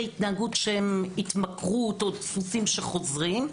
התנהגות של התמכרות או דפוסים חוזרים.